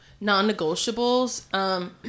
non-negotiables